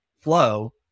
flow